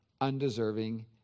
undeserving